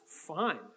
fine